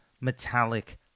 metallic